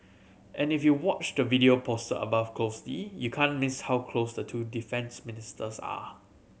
and if you watch the video post above closely you can't miss how close the two defence ministers are